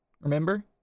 Remember